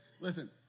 Listen